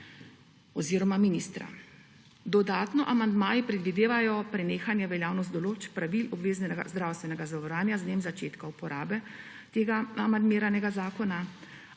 oziroma ministra. Dodatno amandmaji predvidevajo prenehanje veljavnosti določb pravil obveznega zdravstvenega zavarovanja z dnem začetka uporabe tega amandmiranega zakona.